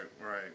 right